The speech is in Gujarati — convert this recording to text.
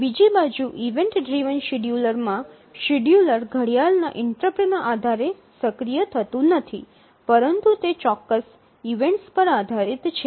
બીજી બાજુ ઇવેન્ટ ડ્રિવન શેડ્યૂલરમાં શેડ્યૂલર ઘડિયાળના ઇન્ટરપ્ટ ના આધારે સક્રિય થતું નથી પરંતુ તે ચોક્કસ ઇવેન્ટ્સ પર આધારિત છે